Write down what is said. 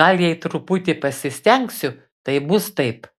gal jei truputį pasistengsiu tai bus taip